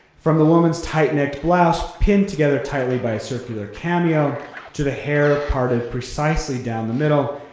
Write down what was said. from the woman's tight necked blouse pinned together tightly by a circular cameo to the hair parted precisely down the middle,